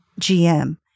GM